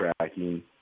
tracking